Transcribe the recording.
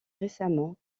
récemment